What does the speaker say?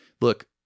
Look